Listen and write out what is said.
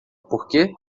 porque